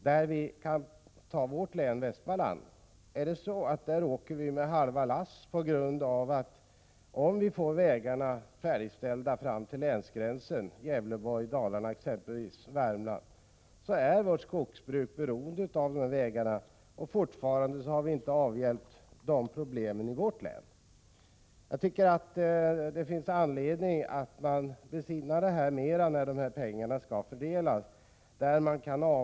Låt mig ta mitt eget län, Västmanlands län, som exempel. Där åker vi med halva billass. Även om vägarna blir färdigställda fram till länsgränserna — i Gävleborgs, Kopparbergs och Värmlands län — är vårt skogsbruk beroende av att vägarna är bra även i vårt län, och problemen är ju fortfarande inte avhjälpta. Det finns anledning att besinna detta när pengarna skall fördelas.